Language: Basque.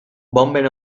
bonben